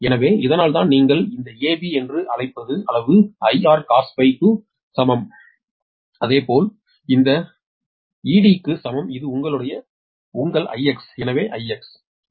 எனவே இதனால்தான் நீங்கள் இந்த ஏபி என்று அழைப்பது அளவு 𝑰𝑹cos to க்கு சமம் அதேபோல் இந்த கிமு ED க்கு சமம் இது உங்களுடையது உங்கள் IX எனவே 𝑰𝑿 பாவம்